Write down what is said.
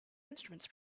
instruments